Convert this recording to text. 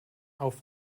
auf